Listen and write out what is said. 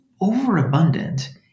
overabundant